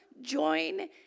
join